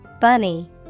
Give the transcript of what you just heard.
Bunny